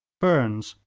burnes,